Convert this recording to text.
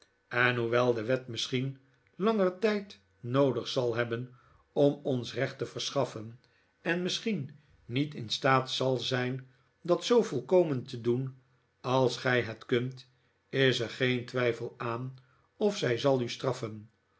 en hoewel de wet misschien langer tijd noodig zal hebben om ons recht te verschaffen en misschien niet in staat zal zijn dat zoo volkomen te doen als gij het kunt is er geen twijfel aan of zij zal u straffen